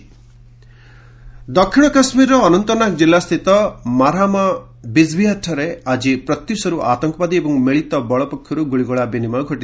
JK gun fight ଦକ୍ଷିଣ କାଶ୍ମୀରର ଅନନ୍ତନାଗ କିଲ୍ଲାସ୍ଥିତ ମାର୍ହାମା ବିଚ୍ଚ୍ବିହାରଠାରେ ଆକି ପ୍ରତ୍ୟୁଷରୁ ଆତଙ୍କବାଦୀ ଏବଂ ମିଳିତ ବଳ ପକ୍ଷରୁ ଗୁଳିଗୋଳା ବିନିମୟ ଘଟିଥିଲା